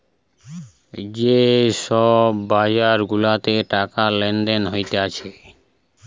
যে সব বাজার গুলাতে টাকা গুলা লেনদেন হতিছে